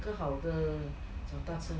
更好地 button